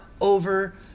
over